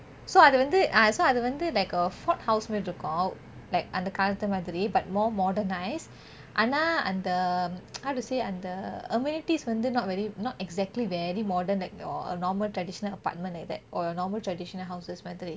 so அது வந்து:athu vanthu so அது வந்து:athu vanthu like a fort house மாதிரி இருக்கும்:mathiri irukkum like அந்த காலத்து மாதிரி:antha kaalathu mathiri but more modernised ஆனா அந்த:aana antha how to say அந்த:antha amenities வந்து:vanthu not very not exactly very modern like your normal traditional apartment like that or your normal traditional houses